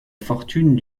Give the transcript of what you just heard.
fortune